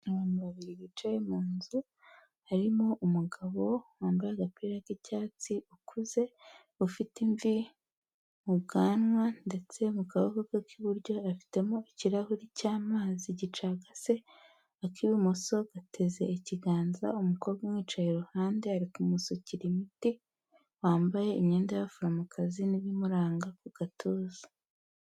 Abantu babiri bicaye mu nzu, harimo umugabo wambaye agapira k'icyatsi ukuze, ufite imvi mu bwanwa, ndetse mu kaboko ke k'iburyo afitemo ikirahuri cy'amazi gicagase, ak'ibumoso gateze ikiganza; umukobwa umwicaye iruhande ari kumusukira imiti, wambaye imyenda y'abaforomokazi n'ibimuranga ku gatuza.